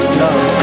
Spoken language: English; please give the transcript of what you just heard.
love